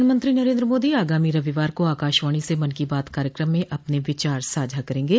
प्रधानमंत्री नरेन्द्र मोदी आगामी रविवार को आकाशवाणी से मन की बात कार्यक्रम में अपने विचार साझा करेंगे